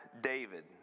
David